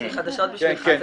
יש לי חדשות בשבילך.